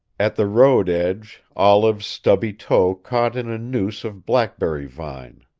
at the road edge olive's stubby toe caught in a noose of blackberry vine.